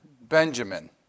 Benjamin